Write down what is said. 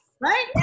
Right